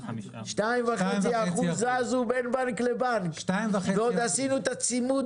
2.5 אחוז זזו בין בנק לבנק ועוד עשינו את הצימוד